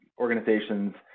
organizations